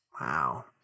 Wow